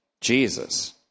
Jesus